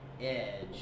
edge